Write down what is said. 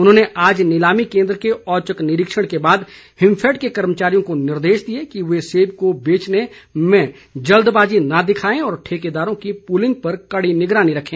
उन्होंने आज नीलामी केन्द्र के औचक निरीक्षण के बाद हिमफैड के कर्मचारियों को निर्देश दिए कि वे सेब को बेचने में जल्दबाजी न दिखाएं और ठेकेदारों की पूलिंग पर कड़ी निगरानी रखें